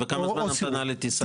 וכמה זמן המתנה לטיסה?